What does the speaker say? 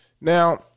Now